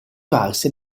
valse